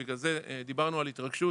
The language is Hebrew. ובגלל זה דיברנו על התרגשות.